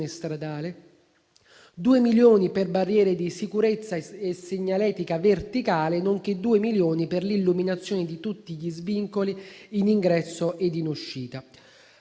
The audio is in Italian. stradale, 2 milioni per barriere di sicurezza e segnaletica verticale, nonché 2 milioni per l'illuminazione di tutti gli svincoli in ingresso ed in uscita.